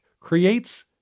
creates